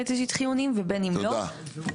תשתית חיוניים ובין אם לא --- תודה.